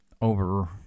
over